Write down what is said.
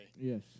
Yes